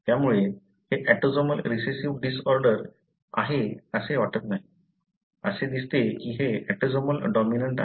त्यामुळे हे autosomal recessive disorder आहे असे वाटत नाही असे दिसते की हे ऑटोसोमल डोमिनंट आहे